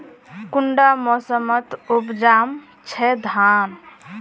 कुंडा मोसमोत उपजाम छै धान?